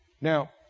Now